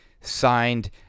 signed